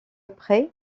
près